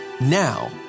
Now